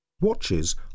Watches